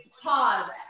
Pause